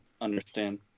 understand